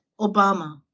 obama